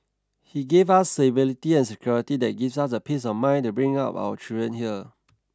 he gave us stability and security that gives us the peace of mind to bring up our children here